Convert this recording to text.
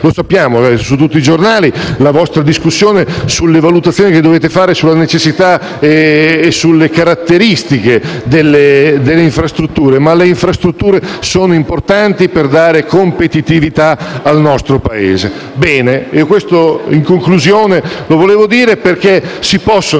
Lo sappiamo: è su tutti i giornali la vostra discussione sulle valutazioni che dovete fare sulla necessità e sulle caratteristiche delle infrastrutture, ma le infrastrutture sono importanti, per dare competitività al nostro Paese. Voglio dunque ribadirlo in conclusione del mio intervento, perché si possono